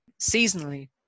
seasonally